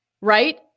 right